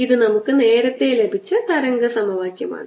ഇത് നമുക്ക് നേരത്തെ ലഭിച്ച തരംഗ സമവാക്യമാണ്